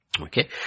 Okay